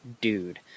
Dude